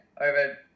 over